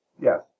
Yes